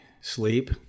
sleep